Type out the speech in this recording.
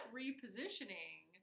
repositioning